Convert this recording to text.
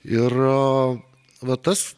ir va tas